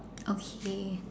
okay